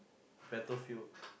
battlefield